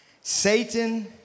Satan